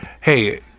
Hey